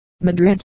Madrid